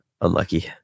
Unlucky